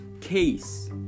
case